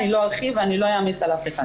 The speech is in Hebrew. אני לא ארחיב ואני לא אעמיס על אף אחד,